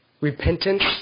Repentance